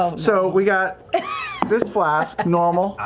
ah so we got this flask, normal,